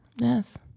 yes